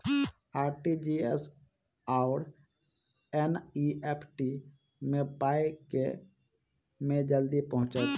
RTGS आओर NEFT मे पाई केँ मे जल्दी पहुँचत?